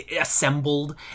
assembled